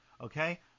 okay